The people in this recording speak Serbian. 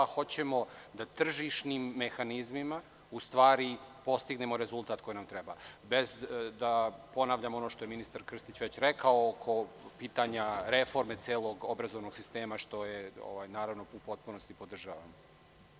Hoćemo da tržišnim mehanizmima u stvari postignemo rezultat koji nam treba bez da ponavljamo ono što je ministar Krstić već rekao oko pitanja reforme celog obrazovnog sistema što u potpunosti podržavam.